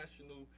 national